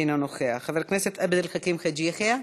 אינו נוכח, חבר הכנסת עבד אל חכים חאג' יחיא,